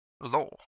law